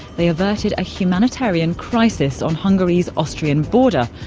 they averted a humanitarian crisis on hungary's austrian border.